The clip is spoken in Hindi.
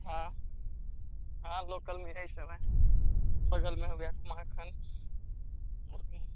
हाँ हाँ लोकल में यही सब है बगल में हो गया कुमारखंड और कहीं